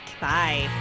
Bye